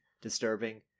disturbing